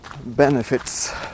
benefits